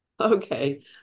Okay